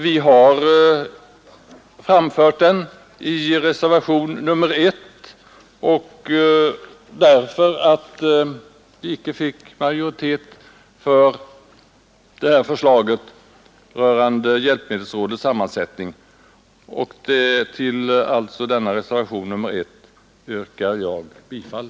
Vi har framfört den i reservationen 1 därför att vi icke fick majoritet i utskottet för vårt förslag rörande hjälpmedelsrådets sammansättning, och till denna reservation yrkar jag bifall.